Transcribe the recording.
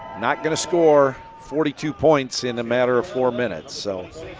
not going to score forty two points in a matter of four minutes. so